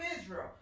Israel